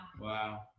Wow